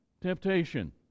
temptation